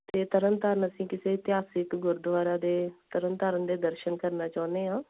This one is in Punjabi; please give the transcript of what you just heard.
ਅਤੇ ਤਰਨ ਤਾਰਨ ਅਸੀਂ ਕਿਸੇ ਇਤਿਹਾਸਿਕ ਗੁਰਦੁਆਰਾ ਦੇ ਤਰਨ ਤਾਰਨ ਦੇ ਦਰਸ਼ਨ ਕਰਨਾ ਚਾਹੁੰਦੇ ਹਾਂ